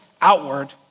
outward